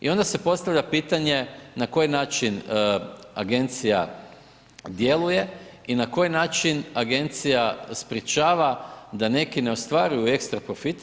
I onda se postavlja pitanje na koji način agencija djeluje i na koji način agencija sprječava da neki ne ostvaruju ekstra profite.